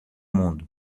mundo